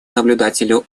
наблюдателю